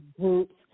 groups